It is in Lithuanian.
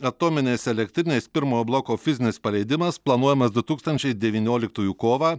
atominės elektrinės pirmojo bloko fizinis paleidimas planuojamas du tūkstančiai devynioliktųjų kovą